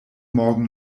morgen